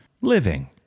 Living